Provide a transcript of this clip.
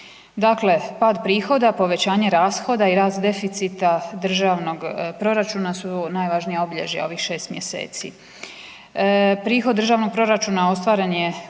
Dakle, pad prihoda, povećanje rashoda i rast deficita državnog proračuna su najvažnija obilježja ovih 6. mjeseci. Prihod državnog proračuna ostvaren je